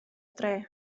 dre